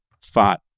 fought